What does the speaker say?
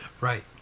Right